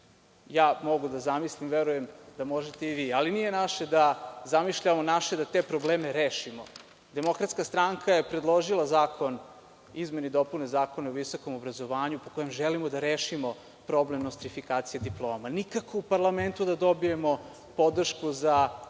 Ja mogu da zamislim, a verujem da možete i vi. Ali, nije naše da zamišljamo. Naše je da te probleme rešimo. Demokratska stranka je predložila zakon o izmenama i dopunama Zakona o visokom obrazovanju kojim želimo da rešimo problem nostrifikacije diploma. Nikako u parlamentu da dobijemo podršku za